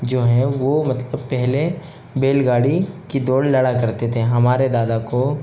जो हैं वो मतलब पहले बैलगाड़ी की दौड़ लड़ा करते थे हमारे दादा को